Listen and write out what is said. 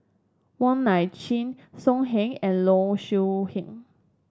Wong Nai Chin So Heng and Low Siew Nghee